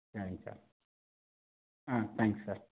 சரிங்க சார் ம் thanks sir